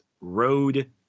road